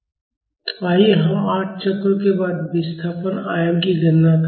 तो आइए हम 8 चक्रों के बाद विस्थापन आयाम की गणना करें